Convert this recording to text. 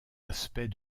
aspects